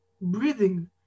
breathing